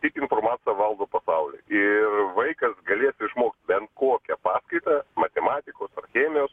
tik informacija valdo pasaulį ir vaikas galėtų išmokt ben kokią paskaitą matematikos chemijos